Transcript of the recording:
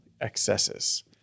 Excesses